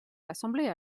l’assemblée